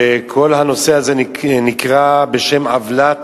השנייה, קיימים מחסור ועליית מחיר: בירקות,